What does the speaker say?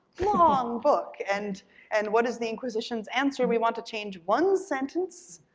long book. and and what is the inquisition's answer? we want to change one sentence,